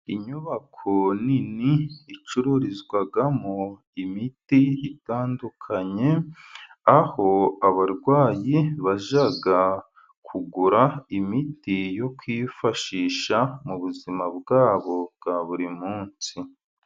Inyubako nini icururizwamo imiti itandukanye, aho abarwayi bajya kugura imiti yo kwifashisha mu buzima bwabo bwa buri munsi.